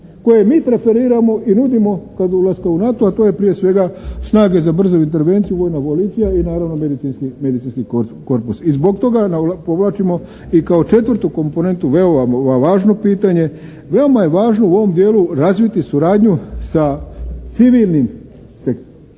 koje mi preferiramo i nudimo kod ulaska u NATO, a to je prije svega snage za brzu intervenciju, Vojna policija i naravno medicinski korpus i zbog toga povlačimo i kao četvrtu komponentu veoma važno pitanje, veoma je važno u ovom dijelu razviti suradnju sa civilnim sektorom.